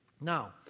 Now